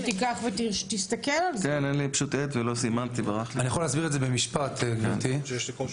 אני יכול להסביר את זה במשפט, גברתי.